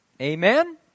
Amen